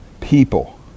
people